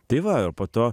tai va ir po to